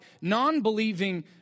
non-believing